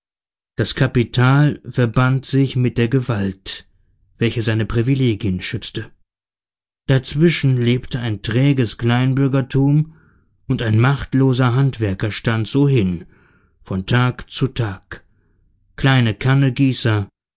das kapital verband sich mit der gewalt welche seine privilegien schützte dazwischen lebte ein träges kleinbürgertum und ein machtloser handwerkerstand so hin von tag zu tag kleine